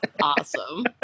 awesome